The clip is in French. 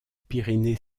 pyrénées